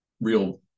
real